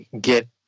get